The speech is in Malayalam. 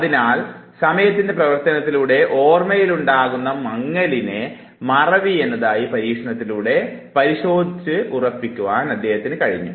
അതിനാൽ സമയത്തിൻറെ പ്രവർത്തനത്തിലൂടെ ഒർമ്മയിലുണ്ടാവുന്ന മങ്ങലിനെ മറവി എന്നതായി പരീക്ഷണത്തിലൂടെ പരിശോധിച്ചുറപ്പിക്കുവാൻ കഴിഞ്ഞു